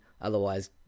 Otherwise